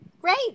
Great